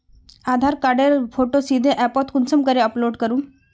आधार कार्डेर फोटो सीधे ऐपोत कुंसम करे अपलोड करूम?